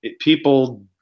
People